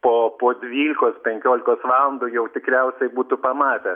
po po dvylikos pekiolikos valandų jau tikriausiai būtų pamatę